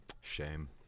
shame